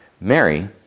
Mary